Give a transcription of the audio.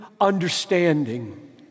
understanding